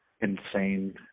insane